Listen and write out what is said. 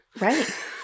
Right